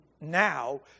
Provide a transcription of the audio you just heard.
now